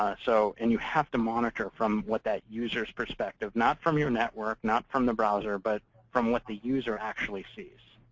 ah so and you have to monitor from what that user's perspective not from your network, not from the browser, but from what the user actually sees.